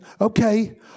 Okay